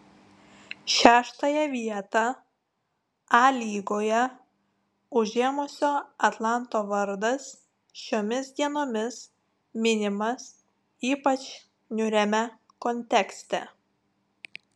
šeštąją vietą a lygoje užėmusio atlanto vardas šiomis dienomis minimas ypač niūriame kontekste